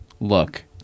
look